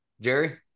Jerry